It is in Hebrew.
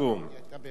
אדוני היושב-ראש,